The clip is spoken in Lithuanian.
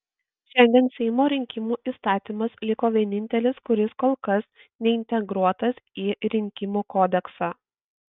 šiandien seimo rinkimų įstatymas liko vienintelis kuris kol kas neintegruotas į rinkimų kodeksą